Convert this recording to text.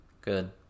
Good